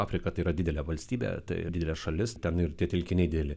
afrika tai yra didelė valstybė tai didelė šalis ten ir tie telkiniai dideli